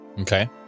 okay